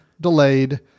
delayed